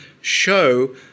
show